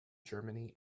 germany